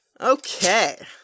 Okay